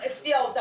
שהפתיעה אותנו.